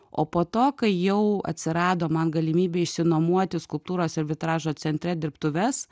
o po to kai jau atsirado man galimybė išsinuomoti skulptūros ir vitražo centre dirbtuves